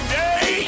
day